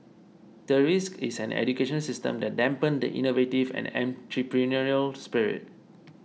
the risk is an education system that dampen the innovative and entrepreneurial spirit